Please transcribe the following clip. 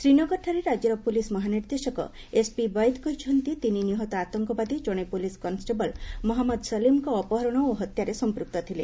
ଶ୍ରୀନଗରଠାରେ ରାଜ୍ୟର ପୁଲିସ୍ ମହାନିର୍ଦ୍ଦେଶକ ଏସ୍ପି ବୈଦ କହିଛନ୍ତି ତିନି ନିହତ ଆତଙ୍କବାଦୀ ଜଣେ ପୁଲିସ୍ କନେଷ୍ଟବଳ ମହମ୍ମଦ ସଲିମ୍ଙ୍କ ଅପହରଣ ଓ ହତ୍ୟାରେ ସମ୍ପୁକ୍ତ ଥିଲେ